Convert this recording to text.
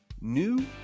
new